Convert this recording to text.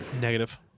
Negative